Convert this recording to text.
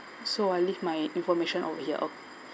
so I leave my information over here or